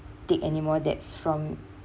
take anymore debts from